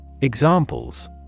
Examples